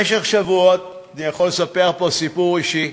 במשך שבועות, אני יכול לספר פה סיפור אישי,